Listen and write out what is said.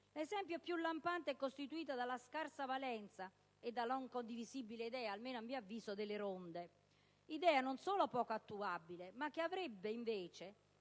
L'esempio più lampante è costituito dalla scarsa valenza e dalla non condivisibile idea - almeno a mio avviso - delle ronde; un'idea non solo poco attuabile, ma che avrebbe invece